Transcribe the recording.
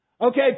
Okay